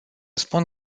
spun